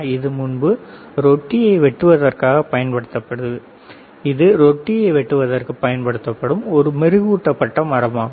இது முன்பு ரொட்டியை வெட்டுவதற்கு பயன்படுத்தப்பட்டது இது ரொட்டியை வெட்டுவதற்கு பயன்படுத்தப்படும் ஒரு மெருகூட்டப்பட்ட மரமாகும்